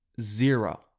Zero